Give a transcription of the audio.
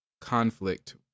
conflict